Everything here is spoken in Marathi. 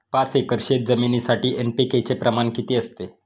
पाच एकर शेतजमिनीसाठी एन.पी.के चे प्रमाण किती असते?